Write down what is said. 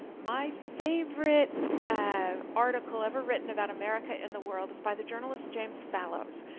my favorite ah article ever written about america in the world is by the journalist james fallows.